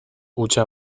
hutsa